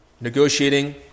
negotiating